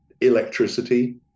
electricity